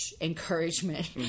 encouragement